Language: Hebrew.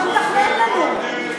מה אתה מתכנן לנו?